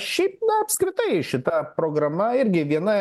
šiaip na apskritai šita programa irgi viena